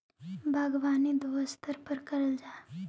बागवानी दो स्तर पर करल जा हई